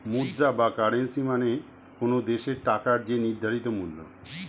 মুদ্রা বা কারেন্সী মানে কোনো দেশের টাকার যে নির্ধারিত মূল্য